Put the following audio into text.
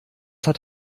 hat